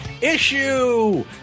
issue